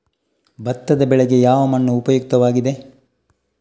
ಭತ್ತದ ಬೆಳೆಗೆ ಯಾವ ಮಣ್ಣು ಉಪಯುಕ್ತವಾಗಿದೆ?